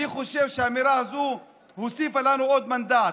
אני חושב שהאמירה הזו הוסיפה לנו עוד מנדט.